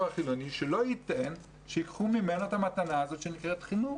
החילוני שלא ייתן שייקחו ממנו את המתנה הזאת שנקראת חינוך.